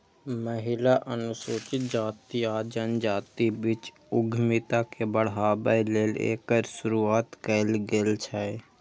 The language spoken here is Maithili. महिला, अनुसूचित जाति आ जनजातिक बीच उद्यमिता के बढ़ाबै लेल एकर शुरुआत कैल गेल छै